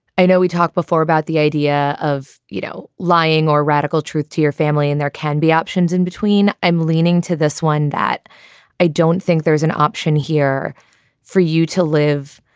i know we talked before about the idea of, you know, lying or radical truth to your family and there can be options in between. i'm leaning to this one that i don't think there's an option here for you to live.